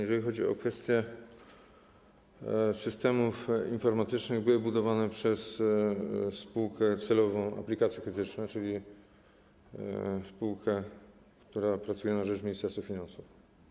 Jeżeli chodzi o kwestię systemów informatycznych, to były one budowane przez spółkę celową Aplikacje Krytyczne, czyli spółkę, która pracuje na rzecz Ministerstwa Finansów.